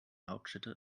hauptstädte